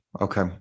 Okay